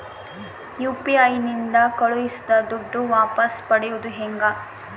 UPI ನಿಂದ ಕಳುಹಿಸಿದ ದುಡ್ಡು ವಾಪಸ್ ಪಡೆಯೋದು ಹೆಂಗ?